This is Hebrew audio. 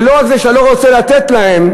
ולא רק זה שאתה לא רוצה לתת להם,